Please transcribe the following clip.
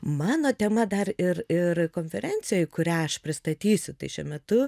mano tema dar ir ir konferencijoj kurią aš pristatysiu tai šiuo metu